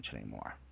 anymore